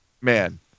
man